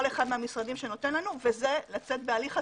אחד מהמשרדים שנותן לנו ולצאת בהליך חקיקה.